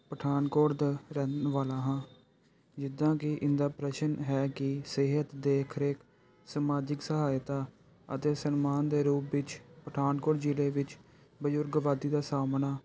ਪਠਾਨਕੋਟ ਦਾ ਰਹਿਣ ਵਾਲਾ ਹਾਂ ਜਿੱਦਾਂ ਕਿ ਇਹਨਾਂ ਦਾ ਪ੍ਰਸ਼ਨ ਹੈ ਕਿ ਸਿਹਤ ਦੇਖ ਰੇਖ ਸਮਾਜਿਕ ਸਹਾਇਤਾ ਅਤੇ ਸਨਮਾਨ ਦੇ ਰੂਪ ਵਿੱਚ ਪਠਾਨਕੋਟ ਜ਼ਿਲ੍ਹੇ ਵਿੱਚ ਬਜ਼ੁਰਗਵਾਦੀ ਦਾ ਸਾਹਮਣਾ